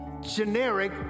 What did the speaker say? generic